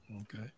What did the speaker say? Okay